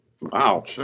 Wow